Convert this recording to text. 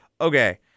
Okay